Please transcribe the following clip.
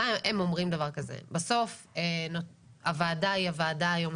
הם אומרים דבר כזה: בסוף הוועדה היא הוועדה היום